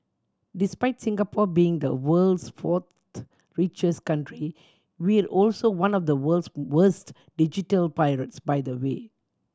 despite Singapore being the world's fourth richest country we're also one of the world's worst digital pirates by the way